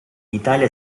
italia